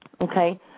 Okay